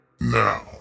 now